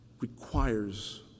requires